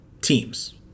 teams